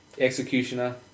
Executioner